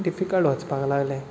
difficult वचपाक लागलें